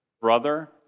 brother